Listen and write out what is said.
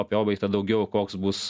apie objektą daugiau koks bus